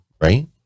right